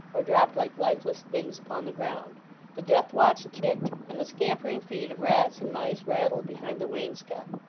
or dropped like lifeless things upon the ground the death-watch ticked and the scampering feet of rats and mice rattled behind the wainscot.